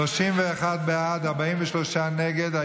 31 בעד, 43 נגד.